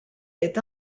est